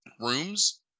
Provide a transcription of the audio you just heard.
rooms